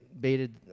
baited